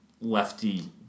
lefty